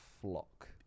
Flock